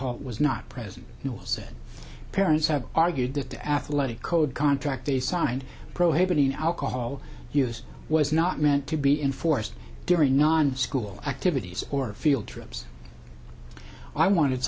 hot was not present said parents have argued that the athletic code contract they signed prohibiting alcohol use was not meant to be enforced during non school activities or field trips i wanted